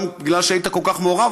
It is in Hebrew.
גם בגלל שהיית כל כך מעורב,